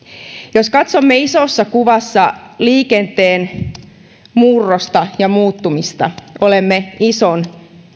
jos katsomme isossa kuvassa liikenteen murrosta ja muuttumista olemme ison